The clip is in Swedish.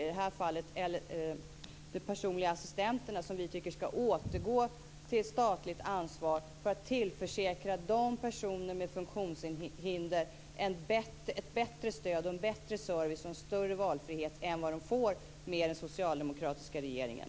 I det här fallet är det de personliga assistenterna som vi tycker ska återgå till statligt ansvar för att tillförsäkra de personer med funktionshinder ett bättre stöd, en bättre service och en större valfrihet än vad de får med den socialdemokratiska regeringen.